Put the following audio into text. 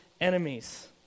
enemies